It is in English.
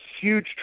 huge